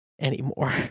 anymore